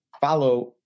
follow